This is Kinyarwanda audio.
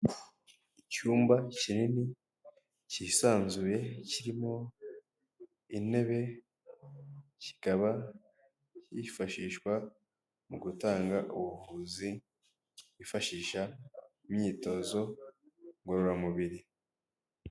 Icyumba kinini kisanzuye kirimo intebe, kikaba kifashishwa mu gutanga ubuvuzi bifashisha imyitozo ngororamubiri.